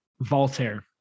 Voltaire